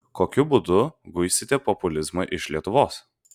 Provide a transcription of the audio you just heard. kokiu būdu guisite populizmą iš lietuvos